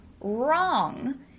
wrong